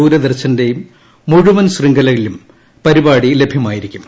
ദൂരദർശന്റെയും മുഴുവൻ ശൃംഖലയിലും പരിപാടി ലഭ്യമായിരിക്കും